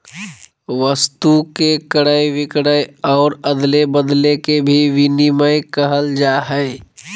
वस्तु के क्रय विक्रय और अदले बदले के भी विनिमय कहल जाय हइ